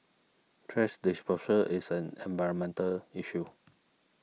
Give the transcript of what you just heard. thrash disposal is an environmental issue